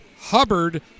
Hubbard